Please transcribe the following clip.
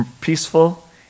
peaceful